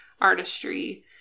artistry